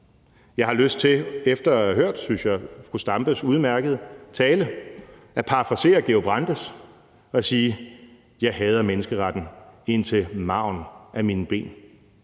Jeg har lyst til efter at have hørt fru Zenia Stampes, synes jeg, udmærkede tale at parafrasere Georg Brandes og sige: Jeg hader menneskeretten ind til marven af mine ben.